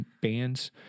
bands